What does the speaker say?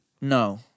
No